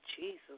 Jesus